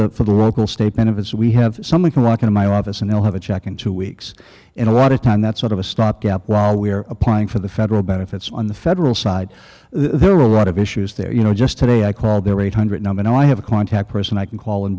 that for the local state benefits we have something wrong in my office and they'll have a check in two weeks and a lot of time that's sort of a stopgap while we're applying for the federal benefits on the federal side there are a lot of issues there you know just today i called their eight hundred number and i have a contact person i can call in